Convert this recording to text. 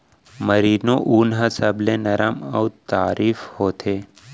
merino ऊन ह बने नरम अउ तारीक होथे